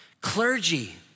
clergy